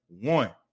one